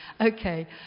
Okay